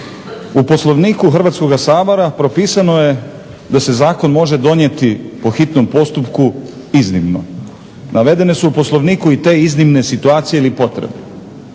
U Poslovniku Hrvatskoga sabora propisano da se zakon može donijeti po hitnom postupku iznimno. Navedene su u Poslovniku i te iznimne situacije ili potrebe.